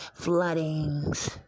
floodings